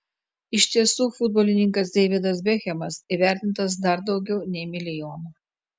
iš tiesų futbolininkas deividas bekhemas įvertintas dar daugiau nei milijonu